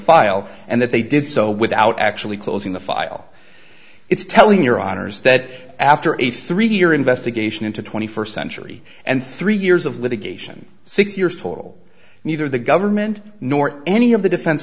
file and that they did so without actually closing the file it's telling your honour's that after a three year investigation into twenty first century and three years of litigation six years total neither the government nor any of the defense